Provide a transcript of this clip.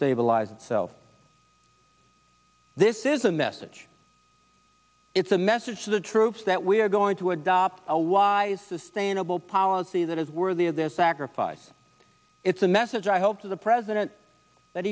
stabilize itself this is a message it's a message to the troops that we are going to adopt a wise sustainable policy that is worthy of their sacrifice it's a message i hope to the president